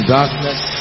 darkness